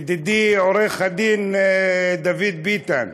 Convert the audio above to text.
ידידי עורך הדין דוד ביטן,